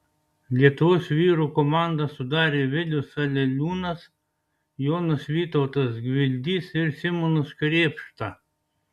lietuvos vyrų komandą sudarė vilius aleliūnas jonas vytautas gvildys ir simonas krėpšta